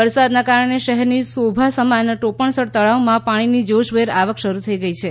વરસાદના કારણે શહેરની શોભા સમાન ટોપણસર તળાવમાં પાણીની જોશભેર આવ ક શરૂ થઈ ગઈ છે